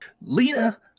Lena